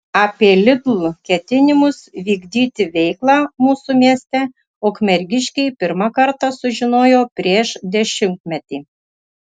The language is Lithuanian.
apie lidl ketinimus vykdyti veiklą mūsų mieste ukmergiškiai pirmą kartą sužinojo prieš dešimtmetį